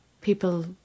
People